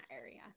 area